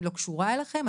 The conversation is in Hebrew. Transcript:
אני לא קשורה אליכם,